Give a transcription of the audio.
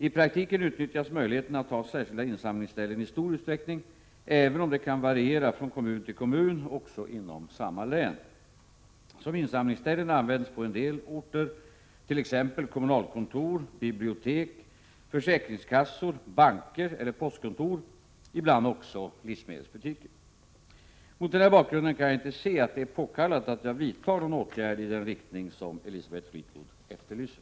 I praktiken utnyttjas möjligheten att ha särskilda insamlingsställen i stor utsträckning, även om detta kan variera från kommun till kommun också inom samma län. Som insamlingsställen används på en del orter t.ex. kommunalkontor, bibliotek, försäkringskassor, banker eller postkontor — ibland också livsmedelsbutiker. Mot den här bakgrunden kan jag inte se att det är påkallat att jag vidtar någon åtgärd i den riktning som Elisabeth Fleetwood efterlyser.